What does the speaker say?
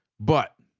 but